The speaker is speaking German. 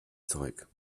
zeug